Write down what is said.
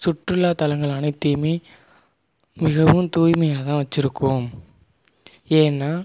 சுற்றுலாத் தளங்கள் அனைத்தையும் மிகவும் தூய்மையாக தான் வைச்சிருக்கோம் ஏன்னா